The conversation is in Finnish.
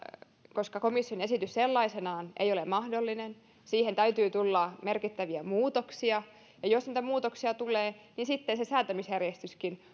koska komission esitys sellaisenaan ei ole mahdollinen niin siihen täytyy tulla merkittäviä muutoksia ja jos niitä muutoksia tulee niin sitten se säätämisjärjestyskin